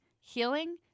healing